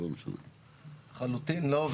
לחלוטין לא,